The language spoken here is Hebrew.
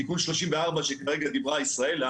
תיקון 34 שכרגע דיברה ישראלה,